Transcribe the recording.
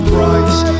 Price